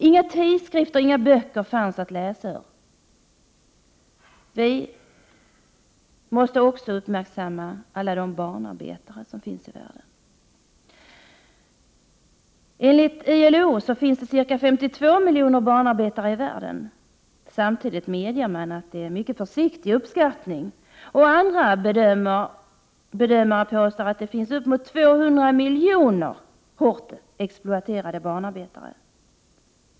Inga tidskrifter eller böcker fanns att läsa ur. Vi måste också uppmärksamma alla de barnarbetare som finns i världen. Enligt ILO finns det ca 52 miljoner barnarbetare i världen. Samtidigt medger man att det är en mycket försiktig uppskattning. Andra bedömare påstår att det finns uppemot 200 miljoner hårt exploaterade barnarbetare.